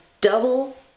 double